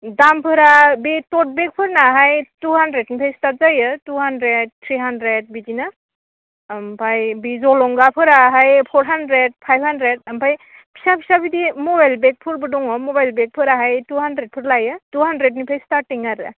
दामफोरा बे ट'टे बेगफोरनाहाय टु हानद्रेदनिफ्राय स्टार्ट जायो टु हानद्रेद थ्रि हानद्रेद बिदिनो ओमफ्राय बे जलंगाफोराहाय फर हानद्रेद फाइभ हानद्रेद ओमफ्राय फिसा फिसा बिदि मबाइल बेगफोरबो दङ मबाइल बेगफोराहाय टु हानद्रेदफोर लायो टु हानद्रेदनिफ्राय स्टार्टिं आरो